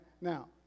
Now